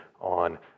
on